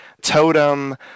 totem